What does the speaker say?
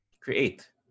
create